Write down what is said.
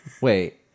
Wait